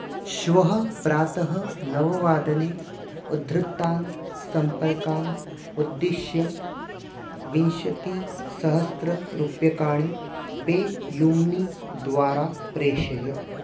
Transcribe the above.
श्वः प्रातः नववादने उद्धृत्तान् सम्पर्कान् उद्दिश्य विंशतिसहस्त्रं रूप्यकाणि पे यू म्नी द्वारा प्रेषय